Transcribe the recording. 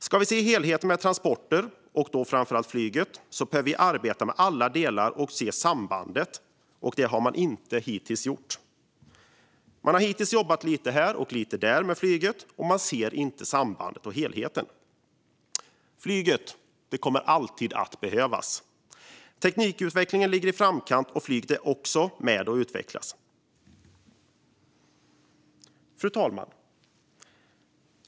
Ska vi se helheten med transporter, och då framför allt flyget, behöver vi arbeta med alla delar och se sambandet. Det har man hittills inte gjort. Hittills har man jobbat lite här och lite där med flyget, och man ser inte sambandet och helheten. Flyget kommer alltid att behövas. Teknikutvecklingen ligger i framkant, och flyget är också med och utvecklas. Fru talman!